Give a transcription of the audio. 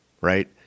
right